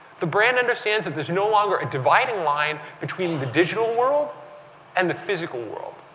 the brand understands there's no longer a divide ing line between the digital world and the physical world.